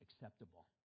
acceptable